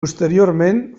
posteriorment